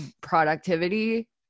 productivity